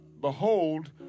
behold